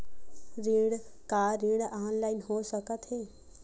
का ऋण ऑनलाइन हो सकत हे?